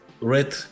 red